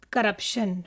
corruption